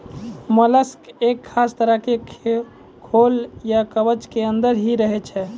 mollusc एक खास तरह के खोल या कवच के अंदर हीं रहै छै